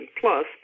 plus